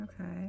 Okay